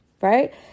Right